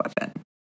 weapon